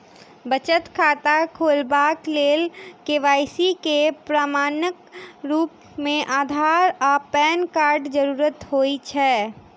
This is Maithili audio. बचत खाता खोलेबाक लेल के.वाई.सी केँ प्रमाणक रूप मेँ अधार आ पैन कार्डक जरूरत होइ छै